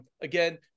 again